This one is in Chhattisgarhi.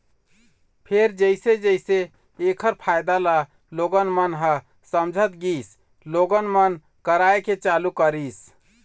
फेर जइसे जइसे ऐखर फायदा ल लोगन मन ह समझत गिस लोगन मन कराए के चालू करिस